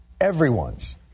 Everyone's